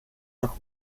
noch